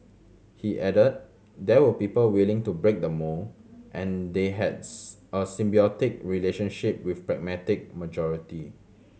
he added there were people willing to break the mould and they had a symbiotic relationship with pragmatic majority